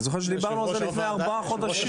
אני זוכר שדיברנו על זה לפני ארבעה חודשים.